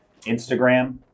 Instagram